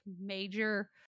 major